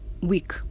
week